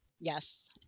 Yes